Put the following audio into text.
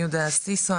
יהודה סיסו,